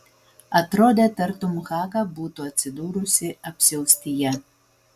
atrodė tartum haga būtų atsidūrusi apsiaustyje